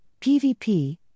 PVP